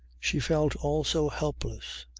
she felt also helpless,